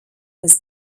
was